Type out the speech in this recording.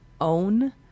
own